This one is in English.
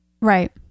Right